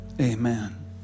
amen